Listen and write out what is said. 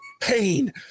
pain